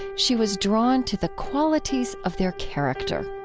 she was drawn to the qualities of their character